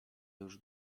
już